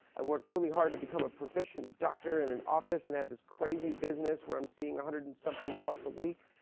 i've worked really hard to become a proficient doctor in an office, and have this crazy business where i'm seeing a hundred and something plus a week.